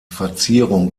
verzierung